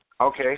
okay